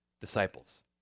disciples